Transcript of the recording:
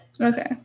okay